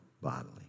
bodily